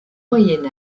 moyen